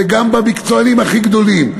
וגם אצל המקצוענים הכי גדולים.